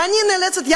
ואני נאלצת,